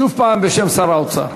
שוב הפעם בשם שר האוצר,